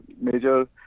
major